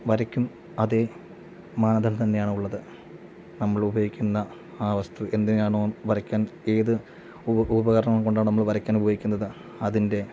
വരയ്ക്കും അതേ മാതൃക തന്നെയാണുള്ളത് നമ്മൾ ഉപയോഗിക്കുന്ന ആ വസ്തു എന്തിനെയാണോ വരയ്ക്കാൻ ഏത് ഉപകരണം കൊണ്ടാണോ നമ്മൾ വരയ്ക്കാൻ ഉപയോഗിക്കുന്നത് അതിൻ്റെ